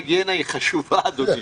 בעולם, ההיגיינה חשובה, אדוני.